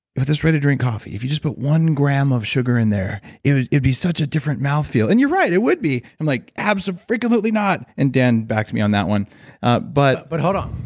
with this ready-to-drink coffee, if you just put one gram of sugar in there it would be such a different mouth feel. and you're right, it would be. i'm like, absofrickin-lutely not. and dan backed me on that one ah but but hold on.